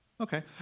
Okay